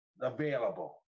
available